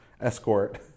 escort